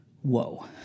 whoa